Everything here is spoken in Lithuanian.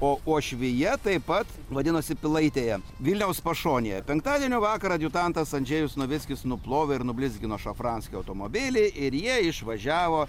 o uošvija taip pat vadinosi pilaitėje vilniaus pašonėje penktadienio vakarą adjutantas andžejus novickis nuplovė ir nublizgino šafranskio automobilį ir jie išvažiavo